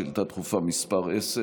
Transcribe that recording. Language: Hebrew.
שאילתה דחופה מס' 10,